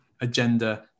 agenda